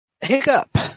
Hiccup